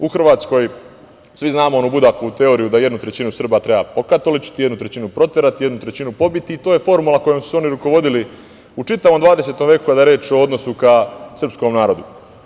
U Hrvatskoj svi znamo onu Budakovu teoriju da jednu trećinu Srba treba pokatoličiti, jednu trećinu proterati, jednu trećinu pobiti i to je formula kojom su se oni rukovodili u čitavom HH veku kada je reč o odnosu ka srpskom narodu.